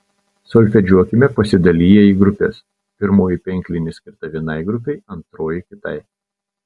solfedžiuokime pasidaliję į grupes pirmoji penklinė skirta vienai grupei antroji kitai